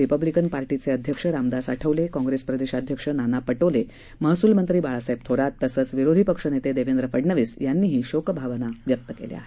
Republican पार्टीचे अध्यक्ष रामदास आठवले कॉंप्रेस प्रदेशाध्यक्ष नाना पटोले तसंच महसूल मंत्री बाळासाहेब थोरात विरोधी पक्षनेते देवेंद्र फडनवीस यांनी शोकभावना व्यक्त केल्या आहेत